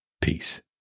Peace